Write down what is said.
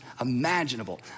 imaginable